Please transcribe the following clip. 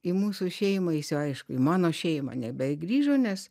į mūsų šeimą jis jau aišku į mano šeimą nebegrįžo nes